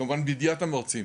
כמובן בידיעת המרצים.